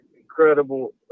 incredible